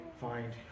find